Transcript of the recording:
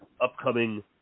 upcoming